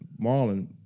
Marlon